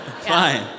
fine